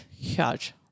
Huge